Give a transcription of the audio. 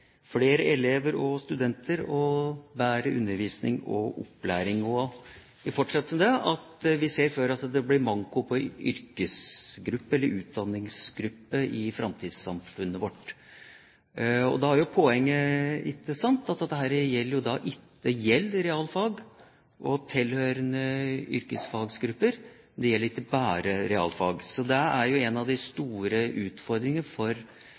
flere elever og studenter og bedre undervisning og opplæring – og i fortsettelsen av det ser vi for oss at det blir manko på yrkesgrupper, eller utdanningsgrupper, i framtidssamfunnet vårt. Da er poenget at det gjelder realfag og tilhørende yrkesfaggrupper, men det gjelder ikke bare realfag. En av de store utfordringene for